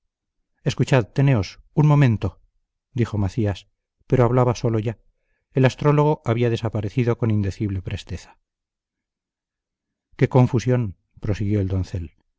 escuchad teneos un momento dijo macías pero hablaba solo ya el astrólogo había desaparecido con indecible presteza qué confusión prosiguió el doncel